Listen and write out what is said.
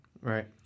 Right